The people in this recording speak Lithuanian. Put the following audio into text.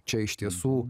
čia iš tiesų